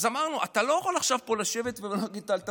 אז אמרנו: אתה לא יכול עכשיו פה לשבת ולהגיד: אל תבוא.